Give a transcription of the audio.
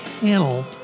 panel